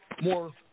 more